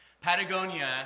Patagonia